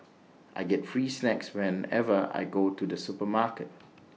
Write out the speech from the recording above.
I get free snacks whenever I go to the supermarket